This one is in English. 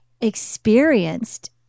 experienced